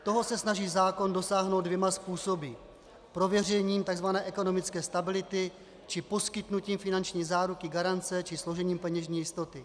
Toho se snaží zákon dosáhnout dvěma způsoby: prověřením tzv. ekonomické stability či poskytnutím finanční záruky, garance či složením peněžní jistoty.